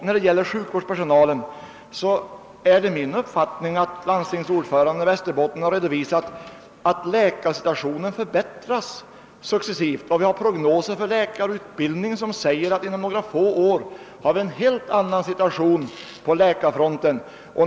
När det gäller sjukvårdspersonalen har landstingets ordförande i Västerbotten redovisat att läkartillgången håller på att successivt förbättras. Det finns prognoser beträffande läkarutbildningen som säger att vi inom några få år kommer att ha en helt annan situation på läkarfronten.